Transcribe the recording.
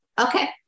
Okay